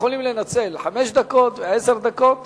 יכולים לנצל חמש דקות, עשר דקות